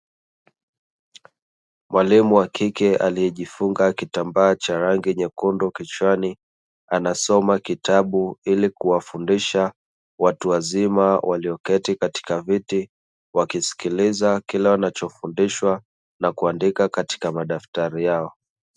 Mwalimu wa kike aliyejifunga kitambaa cha rangi nyekundu kichwani, anasoma kitabu ili kuwafundisha watu wazima walioketi katika viti, wakisikiliza kile wanachofundishwa na kuandika katika madaftali yao.